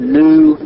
new